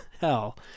hell